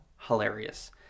hilarious